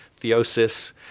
theosis